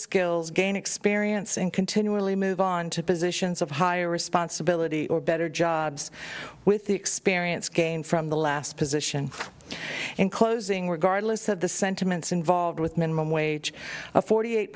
skills gain experience and continually move on to positions of higher responsibility or better jobs with the experience gained from the last position in closing regardless of the sentiments involved with minimum wage a forty eight